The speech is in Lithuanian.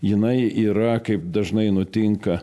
jinai yra kaip dažnai nutinka